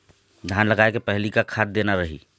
धान लगाय के पहली का खाद देना रही?